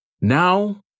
Now